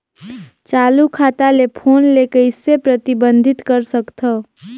चालू खाता ले फोन ले कइसे प्रतिबंधित कर सकथव?